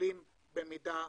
שעולים במידה